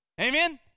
Amen